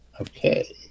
Okay